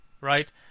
right